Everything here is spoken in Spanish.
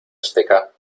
azteca